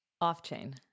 Off-chain